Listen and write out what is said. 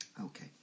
Okay